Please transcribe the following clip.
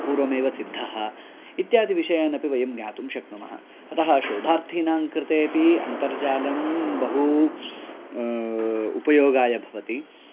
पूर्वमेव सिद्धः इत्यादि विषयान् अपि वयं ज्ञातुं शक्नुमः अतः शोधार्थीनाङ्कृतेऽपि अन्तर्जालं बहु उपयोगाय भवति